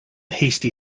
hasty